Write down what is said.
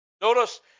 Notice